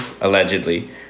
allegedly